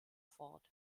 fort